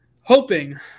hoping